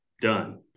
Done